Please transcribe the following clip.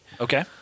Okay